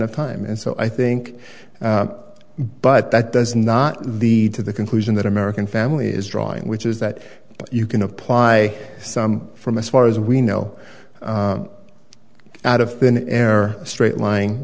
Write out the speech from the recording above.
of time and so i think but that does not the to the conclusion that american family is drawing which is that you can apply some from as far as we know out of thin air straight line